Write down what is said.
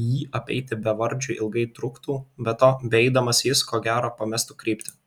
jį apeiti bevardžiui ilgai truktų be to beeidamas jis ko gero pamestų kryptį